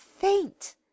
faint